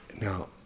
Now